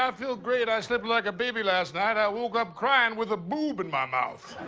ah feel great. i slept like a baby last night. i woke up crying with a boob in my mouth.